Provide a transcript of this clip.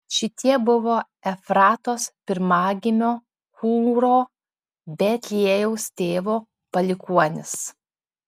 šitie buvo efratos pirmagimio hūro betliejaus tėvo palikuonys